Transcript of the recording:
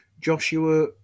joshua